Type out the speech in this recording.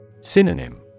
Synonym